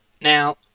Now